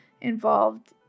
involved